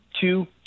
two